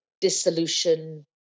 dissolution